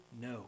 no